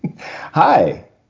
hi